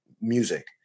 music